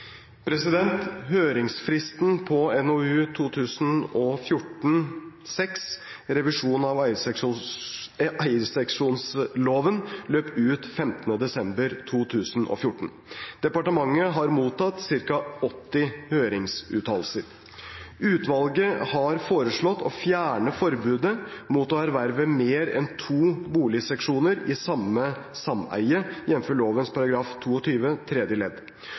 Høringsfristen på NOU 2014:6 Revisjon av eierseksjonsloven løp ut 15. desember 2014. Departementet har mottatt ca. 80 høringsuttalelser. Utvalget har foreslått å fjerne forbudet mot å erverve mer enn to boligseksjoner i samme sameie, jf. lovens § 22 tredje ledd.